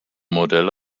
modelle